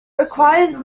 requires